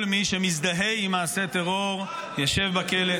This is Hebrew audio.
כל מי שמזדהה עם מעשה טרור ישב בכלא.